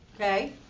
Okay